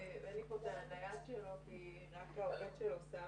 אין לי פה את מספר הנייד שלו רק של העוזר שלו.